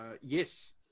Yes